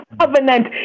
covenant